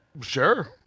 Sure